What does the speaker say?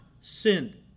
sinned